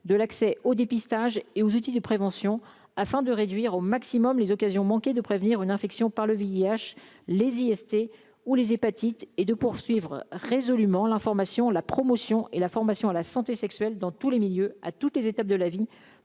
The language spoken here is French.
de l'accès au dépistage et aux outils de prévention afin de réduire au maximum les occasions manquées de prévenir une infection par le VIH et les IST ou les hépatites et de poursuivre résolument l'information, la promotion et la formation à la santé sexuelle dans tous les milieux, à toutes les étapes de la vie